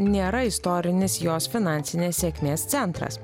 nėra istorinis jos finansinės sėkmės centras